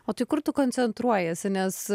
o tai kur tu koncentruojiesi nes